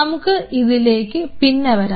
നമുക്ക് അതിലേക്ക് പിന്നെ വരാം